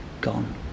gone